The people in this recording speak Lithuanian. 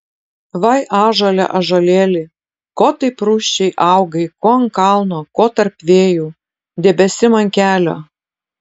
vai ąžuole ąžuolėli ko taip rūsčiai augai ko ant kalno ko tarp vėjų debesim ant kelio